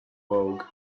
vogue